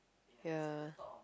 ya